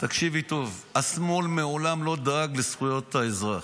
תקשיבי טוב, השמאל מעולם לא דאג לזכויות האזרח.